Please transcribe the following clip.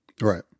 Right